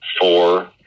four